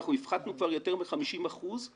אנחנו הפחתנו כבר יותר מ-50 אחוזים